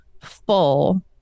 full